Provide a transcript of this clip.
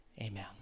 Amen